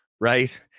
right